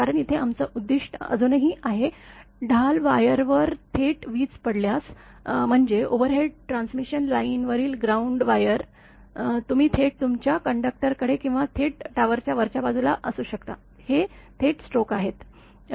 कारण इथे आमचं उद्दिष्ट अजूनही आहे ढाल वायरवर थेट वीज पडल्यास म्हणजे ओव्हरहेड ट्रान्समिशन लाईनवरील ग्राउंड वायर तुम्हीथेट तुमच्या कंडक्टरकडे किंवा थेट टॉवरच्या वरच्या बाजूला असू शकता हे थेट स्ट्रोक आहेत